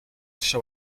show